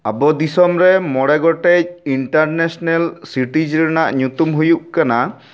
ᱟᱵᱚ ᱫᱤᱥᱚᱢ ᱨᱮ ᱢᱚᱬᱮ ᱜᱚᱴᱮᱡ ᱤᱱᱴᱟᱨᱱᱮᱥᱱᱮᱞ ᱥᱤᱴᱤᱡᱽ ᱨᱮᱱᱟᱜ ᱧᱩᱛᱩᱢ ᱦᱩᱭᱩᱜ ᱠᱟᱱᱟ